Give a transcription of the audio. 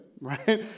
right